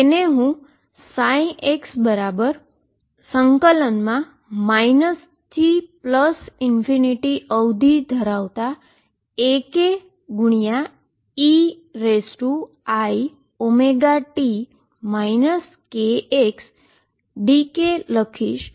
તેને હું આ xબરાબર ∞ Akeiωt kxdk લખીશ